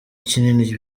kinini